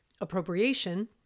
appropriation